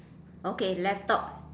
okay left top